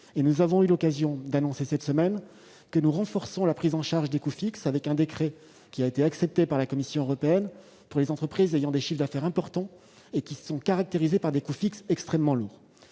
Nous avons eu l'occasion d'annoncer cette semaine que nous renforcions la prise en charge des coûts fixes, avec un décret, accepté par la Commission européenne, pour les entreprises ayant des chiffres d'affaires importants et caractérisés par des coûts fixes extrêmement lourds.